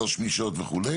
מה לא שמישות וכו',